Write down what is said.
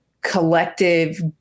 collective